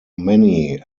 many